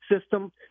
system